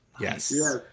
Yes